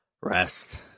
rest